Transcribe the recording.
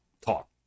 talk